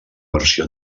versió